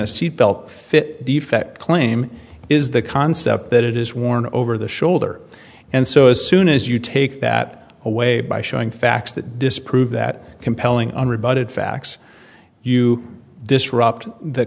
a seatbelt fit defect claim is the concept that it is worn over the shoulder and so as soon as you take that away by showing facts that disprove that compelling unrebutted facts you disrupt the